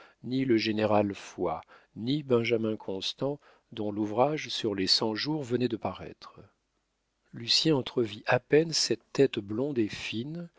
ni le général foy ni benjamin constant dont l'ouvrage sur les cent-jours venait de paraître lucien entrevit à peine cette tête blonde et fine